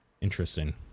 Interesting